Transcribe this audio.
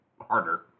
harder